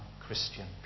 Christian